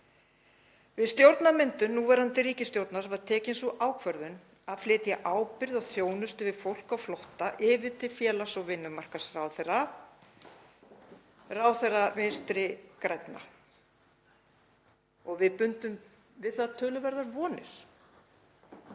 Við stjórnarmyndun núverandi ríkisstjórnar var tekin sú ákvörðun að flytja ábyrgð á þjónustu við fólk á flótta yfir til félags- og vinnumarkaðsráðherra, ráðherra Vinstri grænna. Við bundum við það töluverðar vonir.